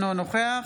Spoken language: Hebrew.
אינו נוכח